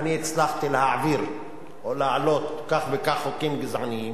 אני הצלחתי להעביר או להעלות כך וכך חוקים גזעניים,